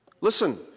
Listen